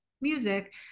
music